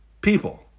people